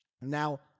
Now